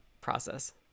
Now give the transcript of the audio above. process